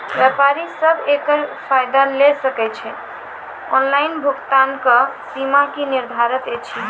व्यापारी सब एकरऽ फायदा ले सकै ये? ऑनलाइन भुगतानक सीमा की निर्धारित ऐछि?